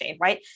right